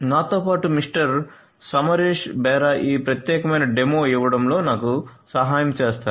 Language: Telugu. నాతో పాటు మిస్టర్ సమరేష్ బేరా ఈ ప్రత్యేకమైన డెమో ఇవ్వడంలో నాకు సహాయం చేస్తారు